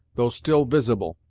though still visible,